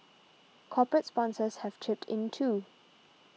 corporate sponsors have chipped in too